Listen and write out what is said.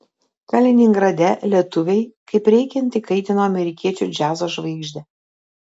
kaliningrade lietuviai kaip reikiant įkaitino amerikiečių džiazo žvaigždę